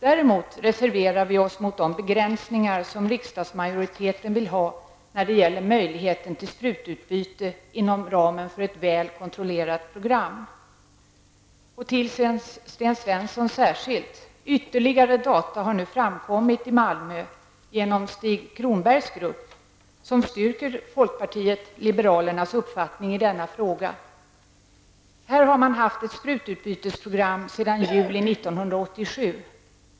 Däremot reserverar vi oss mot de begränsningar som riksdagsmajoriteten vill ha när det gäller möjligheten till sprututbyte inom ramen för ett väl kontrollerat program. För Sten Svensson vill jag särskilt framhålla att ytterligare data har framkommit i Malmö genom Stig Cronbergs grupp, vilka styrker folkpartiet liberalernas uppfattning i denna fråga. Här har man haft ett sprututbytesprogram sedan juli 1987.